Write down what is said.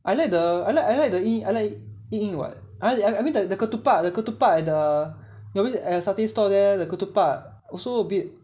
I like the I like I like I like 硬硬 what I mean like the ketupat the ketupat at the at satay stall there the ketupat also a bit